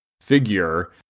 figure